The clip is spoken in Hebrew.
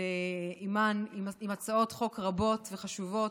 לאימאן עם הצעות חוק רבות וחשובות,